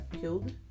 killed